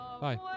Bye